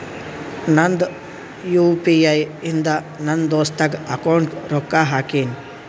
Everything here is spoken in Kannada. ನಂದ್ ಯು ಪಿ ಐ ಇಂದ ನನ್ ದೋಸ್ತಾಗ್ ಅಕೌಂಟ್ಗ ರೊಕ್ಕಾ ಹಾಕಿನ್